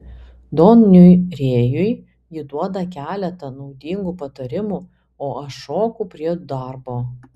doniui rėjui ji duoda keletą naudingų patarimų o aš šoku prie darbo